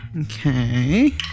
Okay